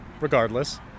regardless